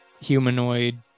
humanoid